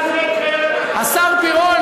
השר פירון,